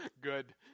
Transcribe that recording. Good